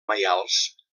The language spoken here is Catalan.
maials